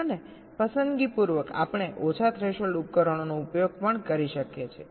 અને પસંદગીપૂર્વક આપણે ઓછા થ્રેશોલ્ડ ઉપકરણોનો ઉપયોગ કરી શકીએ છીએ